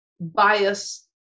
bias